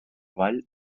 vall